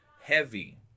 heavy